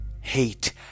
hate